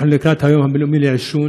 אנחנו לקראת היום ללא עישון.